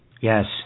Yes